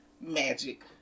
magic